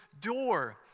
door